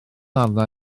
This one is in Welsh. arna